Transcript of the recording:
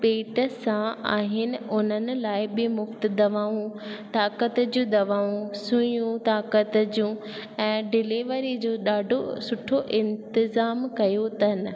पेट सां आहिनि उनन लाइ बि मुफ़्त दवाऊं ताक़त जूं दवाऊं सुयूं ताक़त जूं ऐं डिलेवरी जो ॾाढो सुठो इंतज़ाम कयो अथनि